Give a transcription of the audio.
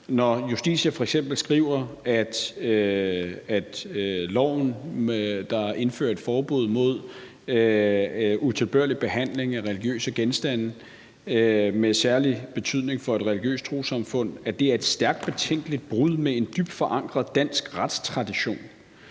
Når Justitia f.eks. skriver, at loven, der indfører et forbud mod utilbørlig behandling af religiøse genstande med særlig betydning for et religiøst trossamfund, er et stærkt betænkeligt brud med en dybt forankret dansk retstradition,